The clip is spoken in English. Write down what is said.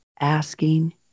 asking